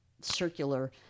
circular